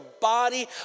body